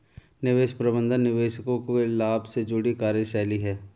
निवेश प्रबंधन निवेशकों के लाभ से जुड़ी कार्यशैली है